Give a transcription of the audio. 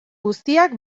guztiak